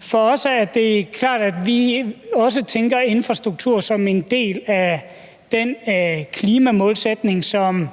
For os er det klart, at vi må tænke infrastruktur som en del af den klimamålsætning, som